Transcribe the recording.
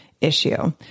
issue